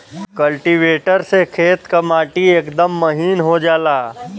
cultivator से खेत क माटी एकदम महीन हो जाला